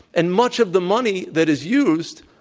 and much of the money that is used,